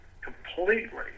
completely